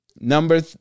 Number